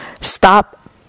stop